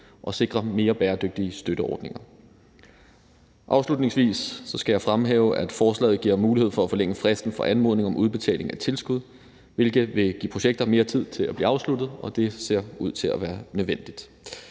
og sikre mere bæredygtige støtteordninger. Afslutningsvis skal jeg fremhæve, at forslaget giver mulighed for at forlænge fristen for anmodning om udbetaling af tilskud, hvilket vil give projekter mere tid til at blive afsluttet, og det ser ud til at være nødvendigt.